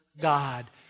God